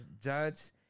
judge